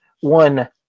One